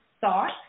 thought